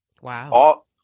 Wow